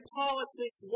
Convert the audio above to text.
politics